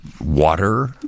water